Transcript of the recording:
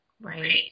Right